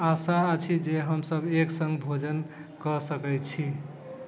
आशा अछि जे हम सब एक सङ्ग भोजन कऽ सकैत छी